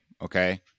okay